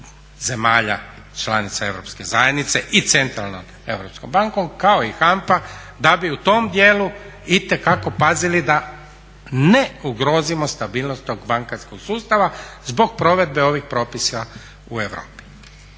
zemalja članova Europske zajednice i Centralnom europskom bankom, kao i Hanfa da bi u tom djelu itekako pazili da ne ugrozimo stabilnost tog bankarskog sustava zbog provedbe ovih propisa u Europi.